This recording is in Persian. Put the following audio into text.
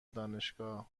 دانشگاه